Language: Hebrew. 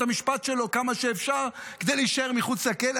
המשפט שלו כמה שאפשר כדי להישאר מחוץ לכלא.